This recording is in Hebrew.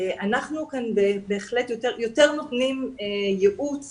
אנחנו יותר נותנים ייעוץ